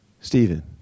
Stephen